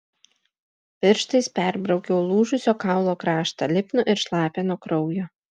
pirštais perbraukiau lūžusio kaulo kraštą lipnų ir šlapią nuo kraujo